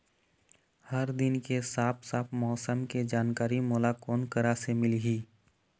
हर दिन के साफ साफ मौसम के जानकारी मोला कोन करा से मिलही?